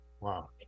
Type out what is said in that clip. Wow